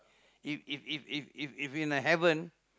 if if if if if if in the heaven